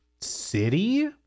city